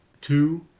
two